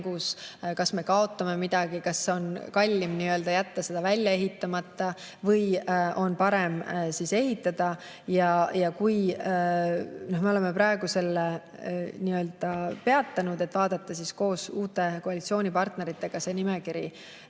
kas me kaotame midagi, kas on kallim jätta see välja ehitamata või on parem ehitada. Me oleme praegu selle nii‑öelda peatanud, et vaadata koos uute koalitsioonipartneritega see nimekiri